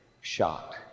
shocked